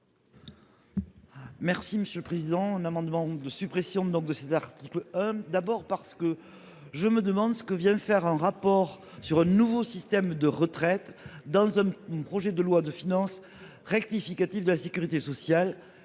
Merci Monsieur prison un amendement de suppression de donc de cet article. D'abord parce que je me demande ce que viennent faire un rapport sur un nouveau système de retraite dans un une projet de loi de finances rectificative de la sécurité sociale